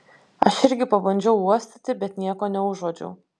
aš irgi pabandžiau uostyti bet nieko neužuodžiau